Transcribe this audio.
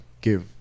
give